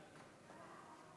חבר הכנסת הרב מקלב,